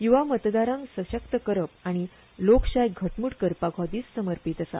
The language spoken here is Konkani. युवा मतदारांक सशक्त करप आनी लोकशाय घटमूट करपाक हो दीस समर्पित आसा